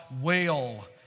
wail